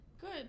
Good